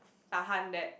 tahan that